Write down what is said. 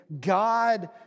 God